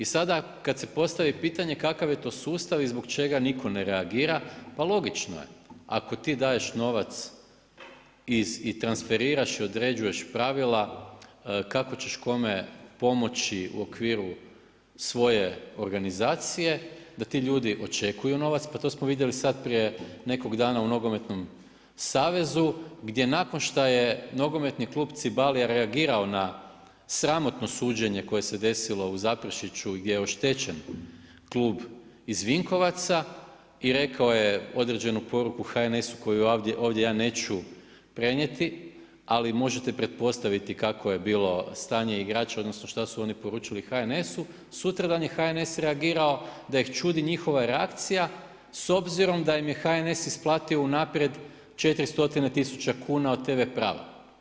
I sada kada se postavi pitanje kakav je to sustav i zbog čega niko ne reagira, pa logično je ako ti daješ novac i transferiraš i određuješ pravila kako ćeš kome pomoći u okviru svoje organizacije, da ti ljudi očekuju novac, pa to smo vidjeli sada prije nekog dana u Nogometnom savezu gdje nakon šta je Nogometni klub Cibalia reagirao na sramotno suđenje koje se desilo u Zaprešiću gdje je oštećen klub iz Vinkovaca i rekao je određenu poruku HNS-u koju ja ovdje neću prenijeti, ali možete pretpostaviti kako je bilo stanje igrača odnosno šta su oni poručili HNS-u, sutradan je HNS reagirao da ih čudi njihova reakcija s obzirom da im je HNS isplatio unaprijed 400 tisuća kuna od TV prava.